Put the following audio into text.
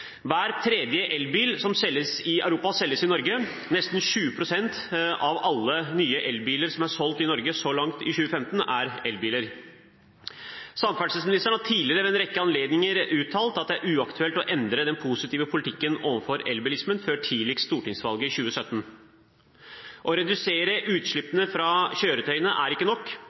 Hver tredje elbil som selges i Europa, selges i Norge. Nesten 20 pst. av alle nye biler som er solgt i Norge så langt i 2015, er elbiler. Samferdselsministeren har tidligere ved en rekke anledninger uttalt at det er uaktuelt å endre den positive politikken overfor elbilismen før tidligst stortingsvalget i 2017. Å redusere